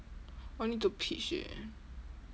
oh need to pitch eh